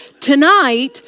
Tonight